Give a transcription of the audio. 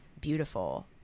beautiful